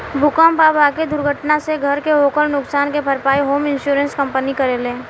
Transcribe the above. भूकंप आ बाकी दुर्घटना से घर के होखल नुकसान के भारपाई होम इंश्योरेंस कंपनी करेले